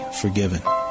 forgiven